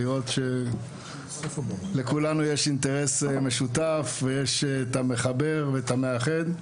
אני שמח לראות שלכולנו יש אינטרס משותף ויש את המחבר והמאחד.